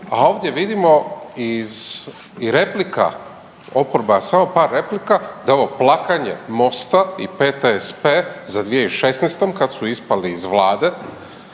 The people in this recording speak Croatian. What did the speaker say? a ovdje vidimo i iz replika, oporba samo par replika, da je ovo plakanje MOST-a i PTSP za 2016. kad su ispali iz vlade,